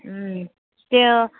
त्यो